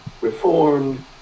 Reformed